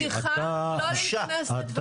ח"כ שיקלי אני מבטיחה לא להכנס לדבריך.